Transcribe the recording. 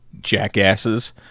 jackasses